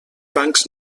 bancs